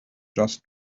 just